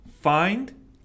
find